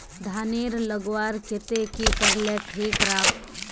धानेर लगवार केते की करले ठीक राब?